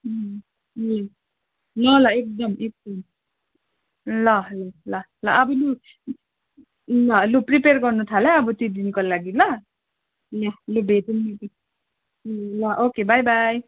ए ल ल एकदम एकदम ल ल ल अब लु ल लु प्रिपियर गर्नु थाल है अब त्यो दिनको लागि ल ल्या लु भेटौँ न त ल ओके बाई बाई